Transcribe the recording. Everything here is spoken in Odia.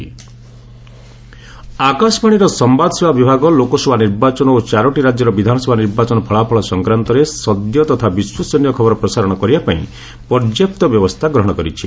ଏଆଇଆର୍ ଆକାଶବାଣୀର ସମ୍ଘାଦ ସେବା ବିଭାଗ ଲୋକସଭା ନିର୍ବାଚନ ଓ ଚାରୋଟି ରାଜ୍ୟର ବିଧାନସଭା ନିର୍ବାଚନ ଫଳାଫଳ ସଂକ୍ରାନ୍ତରେ ସଦ୍ୟ ତଥା ବିଶ୍ୱସନୀୟ ଖବର ପ୍ରସାରଣ କରିବା ପାଇଁ ପର୍ଯ୍ୟାପ୍ତ ବ୍ୟବସ୍ଥା ଗ୍ରହଣ କରିଛି